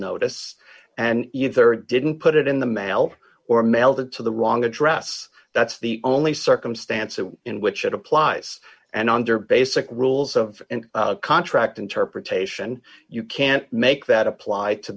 notice and either didn't put it in the mail or melted to the wrong address that's the only circumstances in which it applies and under basic rules of contract interpretation you can't make that appl